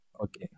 Okay